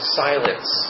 silence